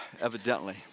evidently